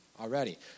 already